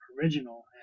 original